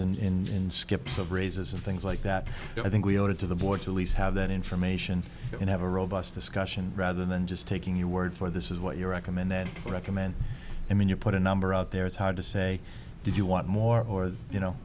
raises in skips of raises and things like that but i think we owe it to the board to least have that information and have a robust discussion rather than just taking your word for this is what you recommend then recommend i mean you put a number out there it's hard to say did you want more or you know